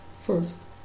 first